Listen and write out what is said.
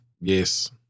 Yes